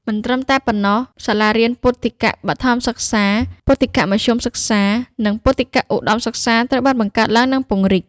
មិនត្រឹមតែប៉ុណ្ណោះ សាលារៀនពុទ្ធិកបឋមសិក្សា ពុទ្ធិកមធ្យមសិក្សា និងពុទ្ធិកឧត្តមសិក្សាត្រូវបានបង្កើតឡើង និងពង្រីក។